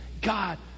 God